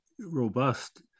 robust